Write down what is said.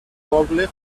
poble